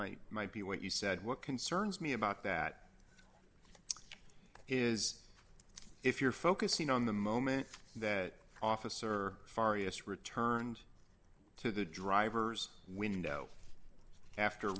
might might be what you said what concerns me about that is if you're focusing on the moment that officer far yes returned to the driver's window after